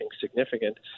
significant